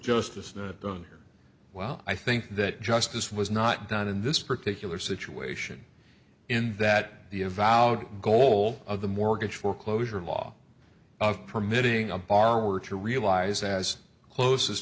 justice not done well i think that justice was not done in this particular situation in that the invalid goal of the mortgage foreclosure law of permitting a bar were to realize as close as